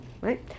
right